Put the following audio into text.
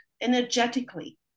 energetically